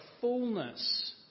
fullness